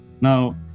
Now